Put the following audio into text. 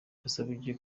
yasabye